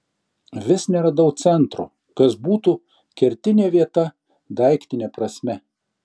vis neradau centro kas būtų kertinė vieta daiktine prasme